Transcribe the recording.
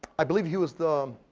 i believe he was the